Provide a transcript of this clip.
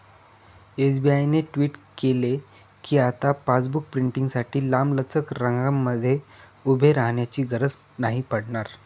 SBI ने tweet केल कीआता पासबुक प्रिंटींगसाठी लांबलचक रंगांमध्ये उभे राहण्याची गरज नाही पडणार